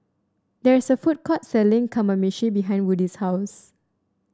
there is a food court selling Kamameshi behind Woody's house